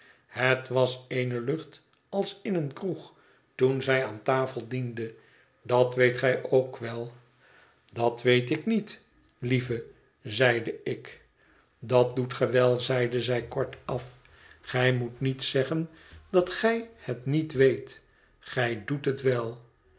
het was eene lucht als in een kroeg toen zij aan tafel diende dat weet gij ook wel dat weet ik niet lieve zeide ik dat doet ge wel zeide zij kortaf gij moet niet zeggen dat gij het niet weet gij doet het wel